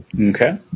Okay